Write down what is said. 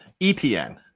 ETN